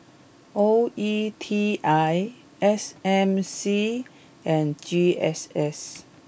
O E T I S M C and G S S